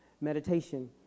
meditation